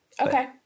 Okay